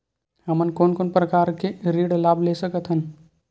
हमन कोन कोन प्रकार के ऋण लाभ ले सकत हन?